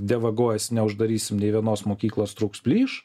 dievagojasi neuždarysim nė vienos mokyklos trūks plyš